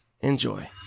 Enjoy